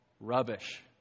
rubbish